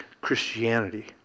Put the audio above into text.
Christianity